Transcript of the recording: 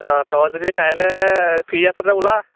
অঁ তই যদি কাইলৈ ফ্ৰী আছ তেতিয়াহ'লে ওলা